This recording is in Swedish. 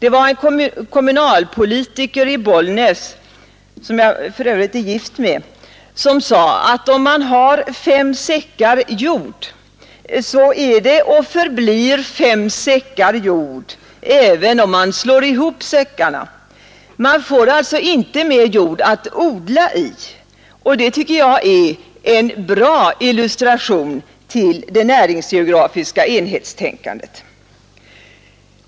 En kommunalpolitiker i Bollnäs, som jag för övrigt är gift med, sade att om man har fem säckar jord är och förblir det fem säckar jord även om man slår ihop säckarna. Man får inte mer jord att odla i. Det tycker jag är en bra illustration till det näringsgeografiska enhetstänkandet.